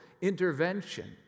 intervention